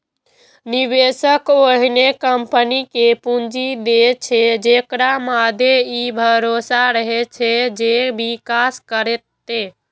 निवेशक ओहने कंपनी कें पूंजी दै छै, जेकरा मादे ई भरोसा रहै छै जे विकास करतै